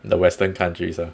the western countries ah